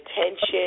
attention